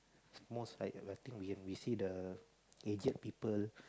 most like I think when when we see the aged people